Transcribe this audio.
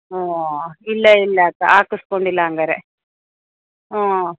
ಹ್ಞೂ ಇಲ್ಲ ಇಲ್ಲ ಅಕ್ಕ ಹಾಕಸ್ಕೊಂಡಿಲ್ಲ ಹಂಗಾರೆ ಹ್ಞೂ